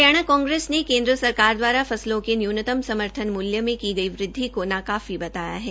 हरियाणा कांग्रेस ने केन्द्र सरकार द्वारा फसलों के न्यूनतम समर्थन मूल्य में दी गई वृद्वि नाकाफी बताया है